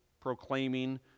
proclaiming